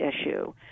issue